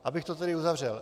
Abych to tedy uzavřel.